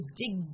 dig